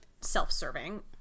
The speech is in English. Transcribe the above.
self-serving